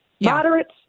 Moderates